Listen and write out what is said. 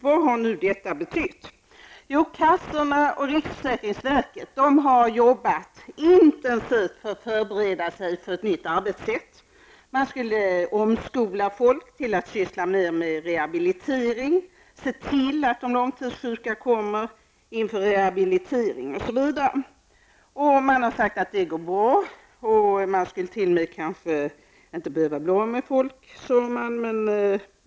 Vad har nu detta betytt? Jo, försäkringskassorna och riksförsäkringsverket har arbetat intensivt för att förbereda sig för ett nytt arbetssätt. Man skulle omskola människor till att syssla mer med rehabilitering och se till att de långtidssjuka får rehabilitering osv. Det sades att detta skulle gå bra och att man t.o.m. inte skulle behöva göra sig av med folk.